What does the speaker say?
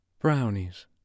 brownies